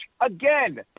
again—